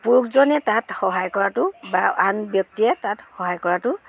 পুৰুষজনে তাত সহায় কৰাটো বা আন ব্যক্তিয়ে তাত সহায় কৰাটো